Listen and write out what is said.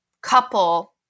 couple